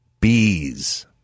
Bees